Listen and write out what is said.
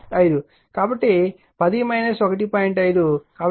కాబట్టి 10 1